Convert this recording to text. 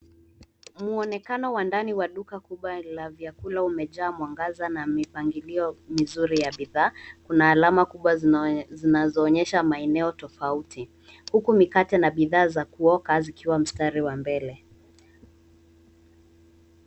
Muonekano wa ndani wa duka kubwa la vyakula umejaa mwangaza na mipangalio mizuri ya bidhaa. Kuna alama kubwa zinazoonyesha maeneo tofauti huku mikate na bidhaa za kuoka zikiwa mstari wa mbele.